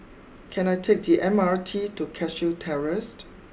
can I take T M R T to Cashew Terraced